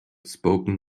spoken